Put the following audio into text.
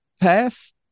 pass